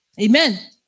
Amen